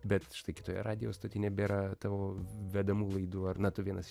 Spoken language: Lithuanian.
bet štai kitoje radijo stoty nebėra tavo vedamų laidų ar ne tu vienas